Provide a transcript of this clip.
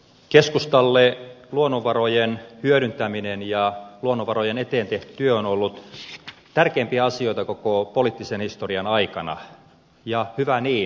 keskustalle luonnonvarojen hyödyntäminen ja luonnonvarojen eteen tehty työ on ollut tärkeimpiä asioita koko poliittisen historian aikana ja hyvä niin